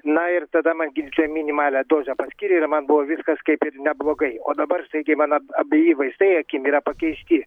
na ir tada man gydytoja minimalią dozę paskyrė ir man buvo viskas kaip ir neblogai o dabar staigiai man ab abeji vaistai akim yra pakeisti